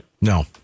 No